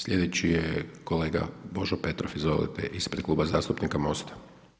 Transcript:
Sljedeći je kolega Božo Petrov, izvolite ispred Kluba zastupnika Mosta.